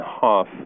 half